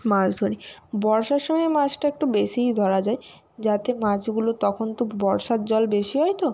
মাছ ধরি বর্ষার সময় মাছটা একটু বেশিই ধরা যায় যাতে মাছগুলো তখন তো বর্ষার জল বেশি হয় তো